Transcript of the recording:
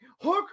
hook